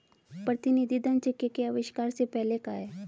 प्रतिनिधि धन सिक्के के आविष्कार से पहले का है